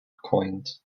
coined